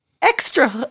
Extra